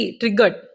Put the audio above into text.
triggered